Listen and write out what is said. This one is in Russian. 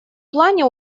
плане